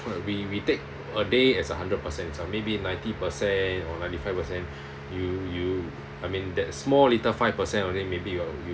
we we take a day as a hundred percent ah maybe ninety percent or ninety five percent you you I mean that small little five percent only maybe you will